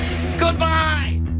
Goodbye